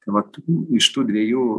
tai vat iš tų dviejų